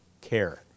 care